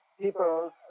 People